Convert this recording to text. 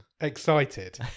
excited